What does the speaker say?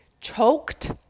choked